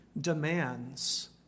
demands